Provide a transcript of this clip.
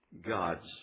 God's